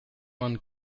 man